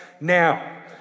now